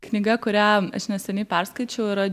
knyga kurią aš neseniai perskaičiau yra